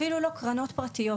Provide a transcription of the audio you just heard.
אפילו לא קרנות פרטיות,